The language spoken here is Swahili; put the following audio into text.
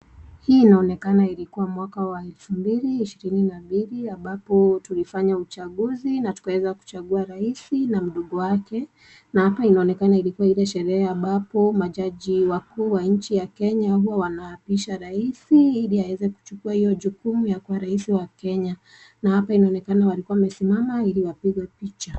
Hii inaonekana ilikuwa mwaka wa elfu mbili ishirini na mbili, ambapo tulifanya uchaguzi na tukaweza kuchagua raisi na mdogo wake, na hapa inaonekana ilikuwa sherehe ambapo ma judge wakuu wa inchi ya kenya huwa wanapisha raisi ili aeze kuchukua hiyo jukumu la kuwa raisi wa kenya na hapa inaonekana walikuwa wamesimama ili wapigwe picha.